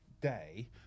day